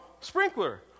sprinkler